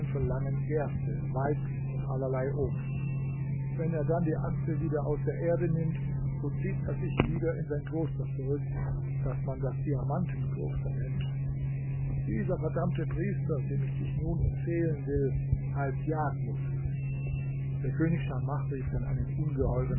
verlangen gerste weizen und allerlei obst wenn er dann die achse wieder aus der erde nimmt so zieht er sich wieder in sein kloster zurück das man das diamantenkloster nennt dieser verdammte priester dem ich dich nun empfehlen will heißt jaghmus der könig schamach rief dann einen ungeheuren